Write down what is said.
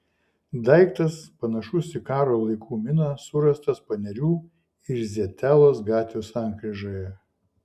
daiktas panašus į karo laikų miną surastas panerių ir zietelos gatvių sankryžoje